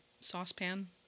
saucepan